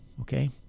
Okay